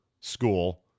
school